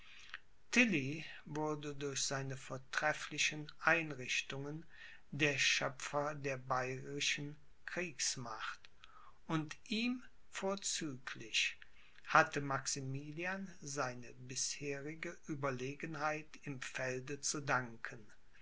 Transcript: wurde durch seine vortrefflichen einrichtungen der schöpfer der bayerischen kriegsmacht und ihm vorzüglich hatte maximilian seine bisherige ueberlegenheit im felde zu danken